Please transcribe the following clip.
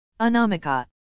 Anamika